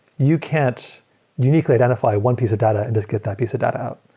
you can't uniquely identify one piece of data and just get that piece of data out.